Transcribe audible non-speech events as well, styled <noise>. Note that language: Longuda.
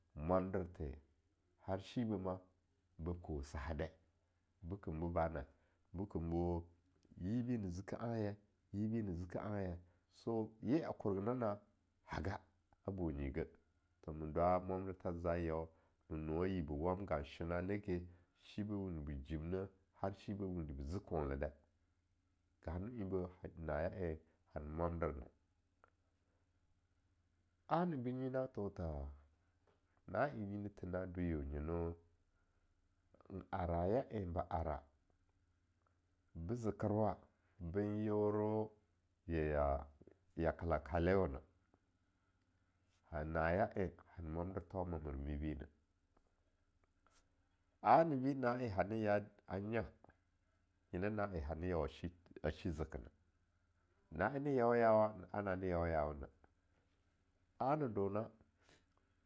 Mwamder the, har shibeh ma ba kuweh sahadai, bekenbo bana, bekembo yibi beziki anye, yibi be ziki anye, so, ye a korgenana haga bo nyi geh, to ma dwa mwandertha za yau na nowa yibbe wamga'a shena nake, shibeh wundi be jim-ne, har shibeh ba wundi be zikonla dai, gan en beh ha naye en hana mwander; A-nibi nyinatho tha, na en nyina thi na dwe yiu nyeno en araya enba ara be zekerwa ben yeoro, yaya-yakelakalewo na, ha naya en hana mwander thomamer mibi neh, anibi ana en hane yau a nya, nyene na en hane yawashi zekena, na en ani yawa yanwa, ana ne yawa yan wuna, a-na dona. <noise>